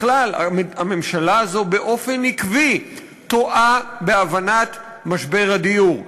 בכלל הממשלה הזאת באופן עקבי טועה בהבנת משבר הדיור.